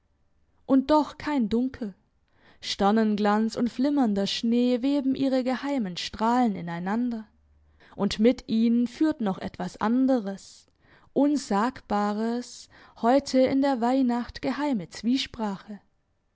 und doch kein dunkel sternenglanz und flimmernder schnee weben ihre geheimen strahlen ineinander und mit ihnen führt noch etwas anderes unsagbares heute in der weihnacht geheime zwiesprache